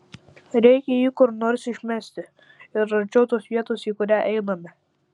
reikia jį kur nors išmesti ir arčiau tos vietos į kurią einame